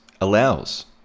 allows